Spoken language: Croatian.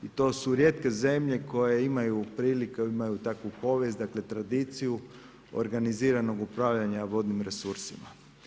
I to su rijetke zemlje koje imaju priliku, koji imaju takvu povijest, dakle, tradiciju organiziranu upravljanja vodnih resursima.